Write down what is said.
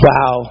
Wow